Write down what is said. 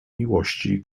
miłości